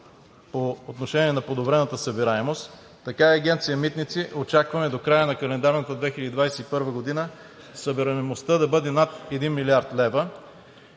по отношение на подобрената събираемост, така и от Агенция „Митници“ очакваме до края на календарната 2021 г. събираемостта да бъде над 1 млрд. лв.,